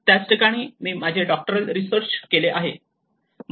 त्या ठिकाणीच मी माझे डॉक्टरल रीसर्च केले आहे